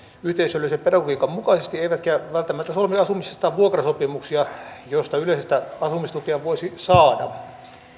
yhteisöllisen pedagogiikan mukaisesti eivätkä välttämättä solmi asumisestaan vuokrasopimuksia joista yleistä asumistukea voisi saada